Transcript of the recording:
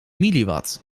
milliwatt